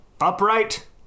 upright